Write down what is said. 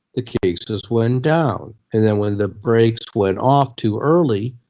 the cases went down. and then when the brakes went off too early,